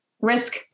risk